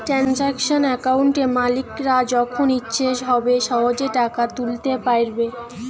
transaction অ্যাকাউন্টে মালিকরা যখন ইচ্ছে হবে সহেজে টাকা তুলতে পাইরবে